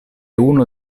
uno